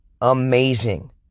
amazing